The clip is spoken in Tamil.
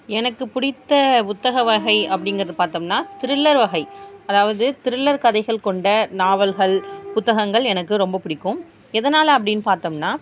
எனக்கு பிடித்த புத்தக வகை அப்படிங்கிறத பார்த்தோம்னா திரில்லர் வகை அதாவது திரில்லர் கதைகள் கொண்ட நாவல்கள் புத்தகங்கள் எனக்கு ரொம்ப பிடிக்கும் எதனால் அப்படினு பார்த்தம்னா